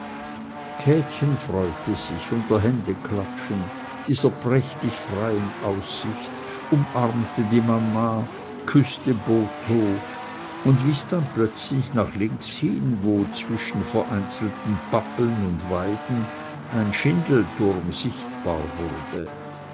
käthe freute sich unter händeklatschen dieser prächtig freien aussicht umarmte die mama küßte botho und wies dann plötzlich nach links hin wo zwischen vereinzelten pappeln und weiden ein schindelturm sichtbar wurde